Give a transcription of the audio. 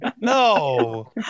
no